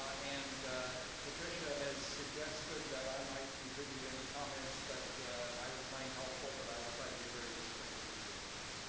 and patricia has suggested that i might contribute any comments that i would find helpful, but i will try to be very restrained in doing that.